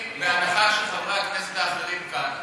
בהנחה שלחברי הכנסת האחרים כאן